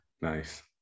Nice